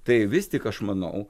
tai vis tik aš manau